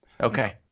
Okay